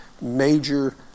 Major